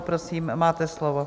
Prosím, máte slovo.